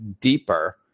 deeper